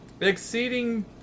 exceeding